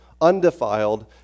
undefiled